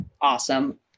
awesome